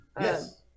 Yes